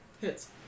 Hits